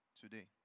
today